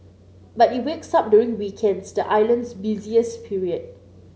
but it wakes up during weekends the island's busiest period